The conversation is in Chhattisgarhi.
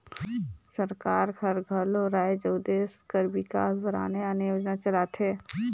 सरकार हर घलो राएज अउ देस कर बिकास बर आने आने योजना चलाथे